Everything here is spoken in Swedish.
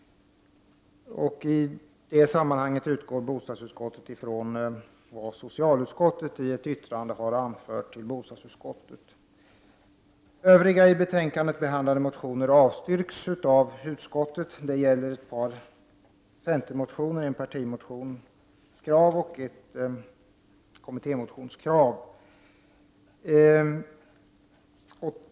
Bostadsutskottet utgår i denna fråga från vad socialutskottet i ett yttrande har anfört. Övriga i betänkandet behandlade motioner avstyrks av utskottet. Det gäller ett par centermotioner — en partimotion och en kommittémotion.